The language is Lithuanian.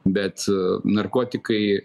bet narkotikai